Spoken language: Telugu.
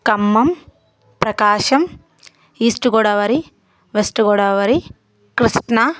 Khammam Prakasam East Godavari West Godavari Krishna